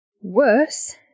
worse